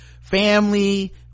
family